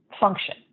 function